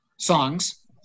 songs